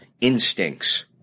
instincts